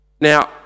Now